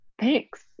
Thanks